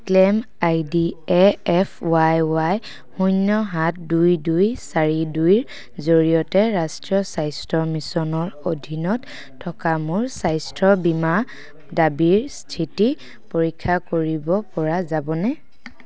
claim ID A F Y Y শূন্য সাত দুই দুই চাৰি দুইৰ জৰিয়তে ৰাষ্ট্ৰীয় স্বাস্থ্য মিছনৰ অধীনত থকা মোৰ স্বাস্থ্য বীমা দাবীৰ স্থিতি পৰীক্ষা কৰিব পৰা যাবনে